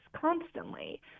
constantly